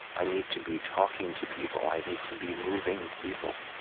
i need to be talking to people. i need to be moving people.